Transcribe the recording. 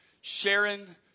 Sharon